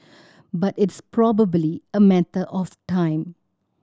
but it's probably a matter of time